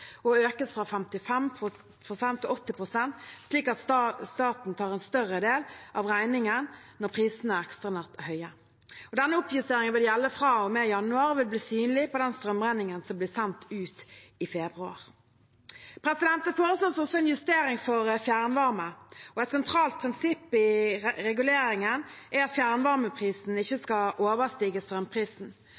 og økes fra 55 pst. til 80 pst., slik at staten tar en større del av regningen når prisene er ekstraordinært høye. Denne oppjusteringen vil gjelde fra og med januar og vil bli synlig på den strømregningen som blir sendt ut i februar. Det foreslås også en justering for fjernvarme. Et sentralt prinsipp i reguleringen er at fjernvarmeprisen ikke skal overstige strømprisen.